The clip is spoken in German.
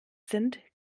sind